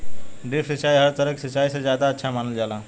drip सिंचाई हर तरह के सिचाई से ज्यादा अच्छा मानल जाला